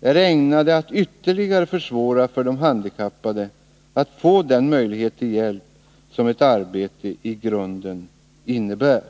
är ägnade att ytterligare försvåra för de handikappade att få den möjlighet till hjälp som ett arbete i grunden innebär.